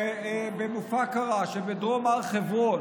במופאקרה שבדרום הר חברון,